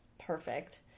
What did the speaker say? perfect